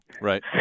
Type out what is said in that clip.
Right